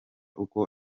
uko